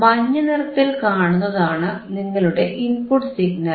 മഞ്ഞനിറത്തിൽ കാണുന്നതാണ് നിങ്ങളുടെ input signal